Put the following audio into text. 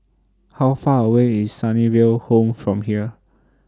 How Far away IS Sunnyville Home from here